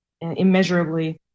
immeasurably